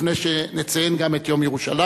לפני שנציין גם את יום ירושלים.